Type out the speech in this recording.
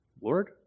Lord